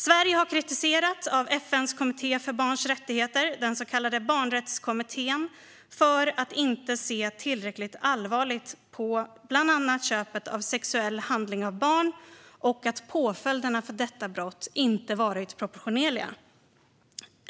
Sverige har kritiserats av FN:s kommitté för barnets rättigheter, den så kallade barnrättskommittén, för att inte se tillräckligt allvarligt på bland annat köp av sexuell handling av barn och för att påföljderna för detta brott inte varit proportionerliga.